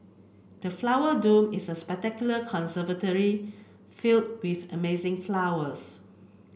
the Flower Dome is a spectacular conservatory filled with amazing flowers